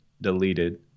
deleted